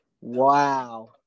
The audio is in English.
wow